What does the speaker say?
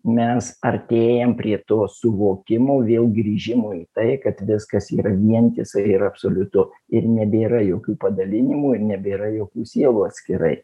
mes artėjam prie to suvokimo vėl grįžimo į tai kad viskas yra vientisa ir absoliutu ir nebėra jokių padalinimų ir nebėra jokių sielų atskirai